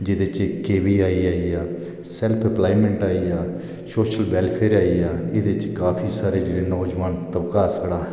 जेहदे च इक ऐ बी आई गेआ सेल्फ इपलायेमंट आई गेआ शोसल बैलफेयर आई गेआ एहदे बिच काफी सारे जेहड़े न नौ जबान